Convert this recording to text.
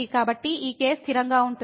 కాబట్టి ఈ k స్థిరంగా ఉంటుంది